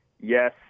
yes